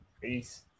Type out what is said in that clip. Peace